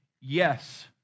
yes